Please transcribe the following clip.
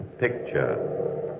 Picture